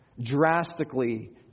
drastically